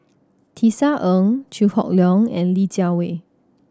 Tisa Ng Chew Hock Leong and Li Jiawei